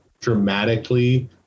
dramatically